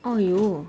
!aiyo!